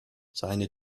seine